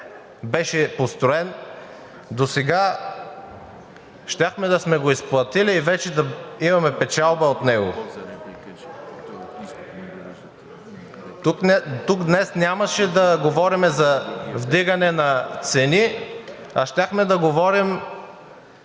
беше построен, досега щяхме да сме го изплатили и вече да имаме печалба от него. Тук днес нямаше да говорим за вдигане на цени, а щяхме да говорим